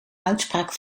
uitspraak